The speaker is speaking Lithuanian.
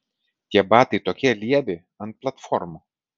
tie batai tokie lievi ant platformų